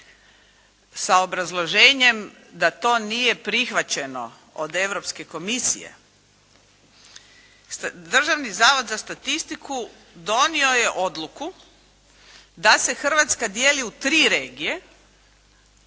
sa obrazloženjem da to nije prihvaćeno od Europske komisije, Državni zavod za statistiku donio je odluku da se Hrvatska dijeli u tri regije.